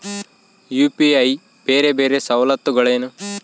UPI ಬೇರೆ ಬೇರೆ ಸವಲತ್ತುಗಳೇನು?